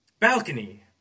Balcony